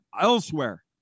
Elsewhere